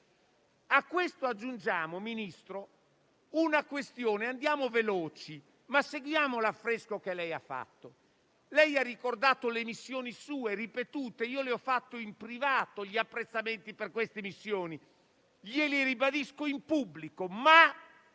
A questo aggiungiamo, Ministro, una questione; andiamo veloci, seguendo però l'affresco che lei ha fatto. Lei ha ricordato le sue ripetute missioni; le ho fatto in privato gli apprezzamenti per queste missioni e glieli ribadisco in pubblico, ma